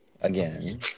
again